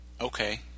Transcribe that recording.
okay